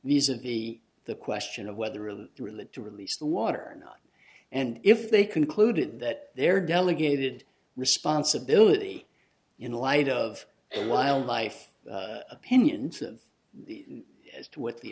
these are the the question of whether really really to release the water not and if they concluded that there delegated responsibility in light of and wildlife opinions of the as to what the